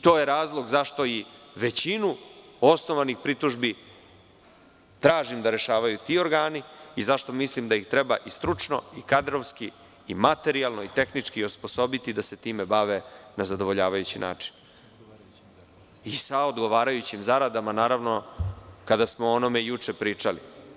To je razlog što i većinu osnovanih pritužbi tražim da rešavaju ti organi i zašto mislim da ih treba i stručno i kadrovski i materijalno i tehnički osposobiti da se time bave na zadovoljavajući način i sa odgovarajućim zaradama kada smo o onome juče pričali.